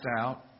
out